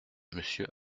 monsieur